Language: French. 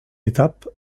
étape